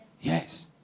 yes